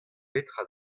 petra